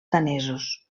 danesos